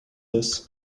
this